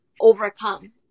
overcome